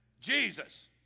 Jesus